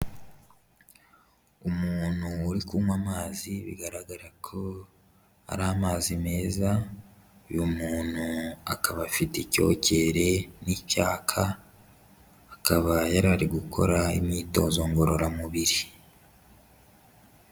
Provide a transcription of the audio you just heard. Umuntu uri kunywa amazi, bigaragara ko ari amazi meza, uyu muntu akaba afite icyokere n'icyaka, akaba yari ari gukora imyitozo ngororamubiri.